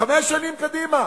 חמש שנים קדימה,